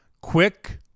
Quick